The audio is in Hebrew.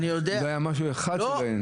לא היה דבר אחד שלא היה ענייני.